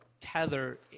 tether